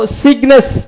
sickness